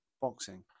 boxing